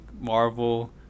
Marvel